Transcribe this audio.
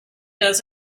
does